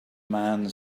man